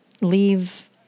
Leave